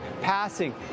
passing